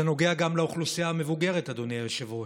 זה נוגע גם לאוכלוסייה המבוגרת, אדוני היושב-ראש.